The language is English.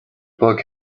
book